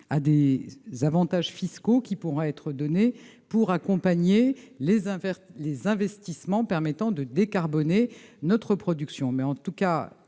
à des avantages fiscaux qui pourra être donnés pour accompagner les uns vers les investissements permettant de décarboner notre production, mais en tout cas